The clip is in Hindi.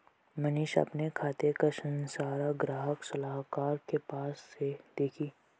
मनीषा अपने खाते का सारांश ग्राहक सलाहकार के पास से देखी